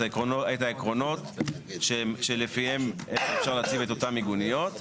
העקרונות שלפיהם אפשר להציג את אותן מיגוניות.